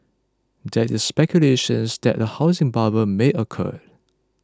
there is speculations that a housing bubble may occur